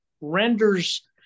renders